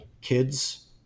kids